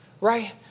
right